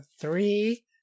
three